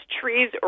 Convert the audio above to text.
trees